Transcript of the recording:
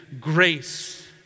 grace